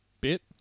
bit